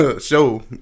show